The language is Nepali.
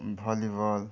भलिबल